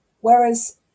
whereas